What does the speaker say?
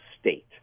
state